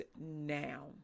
now